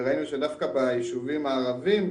וראינו שדווקא ביישובים הערביים,